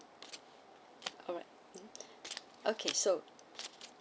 alright mmhmm okay so